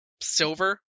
Silver